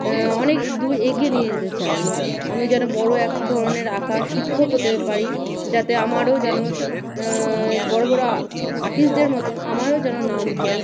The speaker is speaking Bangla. অনেক দূর এগিয়ে নিয়ে যেতে চাই আমি যেন বড় এক ধরনের আঁকার শিক্ষক হতে পারি যাতে আমারও যেন বড় বড় আর্টিস্টদের মতোন আমারও যেন নাম হয়